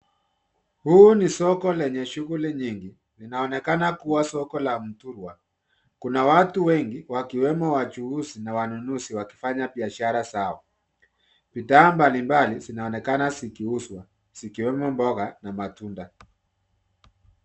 Huu ni soko lenye shughuli nyingi, linaloonekana kuwa soko la Muthurwa. Kuna watu wengi, wakiwemo wachuuzi na wanunuzi wakifanya biashara zao. Bidhaa mbalimbali zinaonekana zikiuzwa, zikiwemo na boga na matunda.